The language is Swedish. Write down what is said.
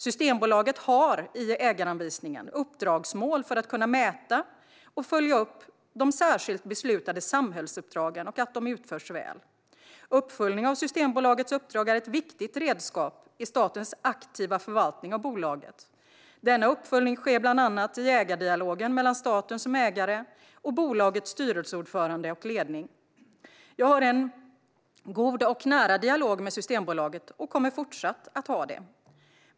Systembolaget har, i ägaranvisningen, uppdragsmål för att kunna mäta och följa upp att de särskilt beslutade samhällsuppdragen utförs väl. Uppföljning av Systembolagets uppdrag är ett viktigt redskap i statens aktiva förvaltning av bolaget. Denna uppföljning sker bland annat i ägardialogen mellan staten som ägare och bolagets styrelseordförande och ledning. Jag har en god och nära dialog med Systembolaget och kommer fortsatt att ha det.